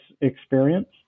experience